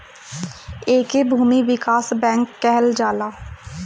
एके भूमि विकास बैंक कहल जाला